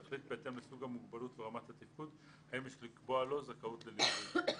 תחליט בהתאם לסוג המוגבלות ורמת התפקוד האם יש לקבוע לו זכאות לליווי.